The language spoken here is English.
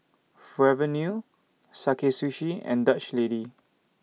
Forever New Sakae Sushi and Dutch Lady